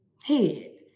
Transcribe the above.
head